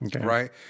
right